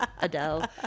Adele